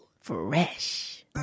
Fresh